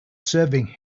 serving